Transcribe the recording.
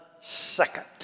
second